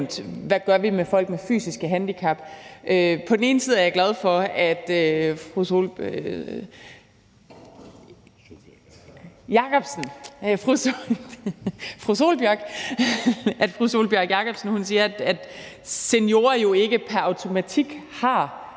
vi gør med folk med fysiske handicap. På den ene side er jeg glad for, at fru Sólbjørg Jakobsen siger, at seniorer jo ikke pr. automatik har